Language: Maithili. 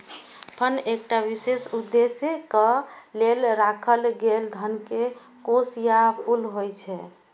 फंड एकटा विशेष उद्देश्यक लेल राखल गेल धन के कोष या पुल होइ छै